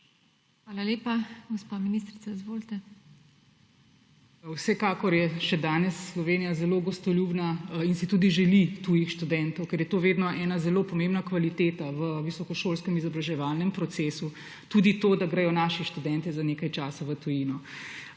Hvala lepa. Gospa ministrica, izvolite. DR. SIMONA KUSTEC: Vsekakor je še danes Slovenija zelo gostoljubna in si tudi želi tujih študentov, ker je to vedno ena zelo pomembna kvaliteta v visokošolskem izobraževalnem procesu; tudi to, da grejo naši študentje za nekaj časa v tujino.